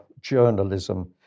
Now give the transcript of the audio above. journalism